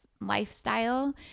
lifestyle